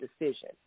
decision